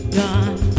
gone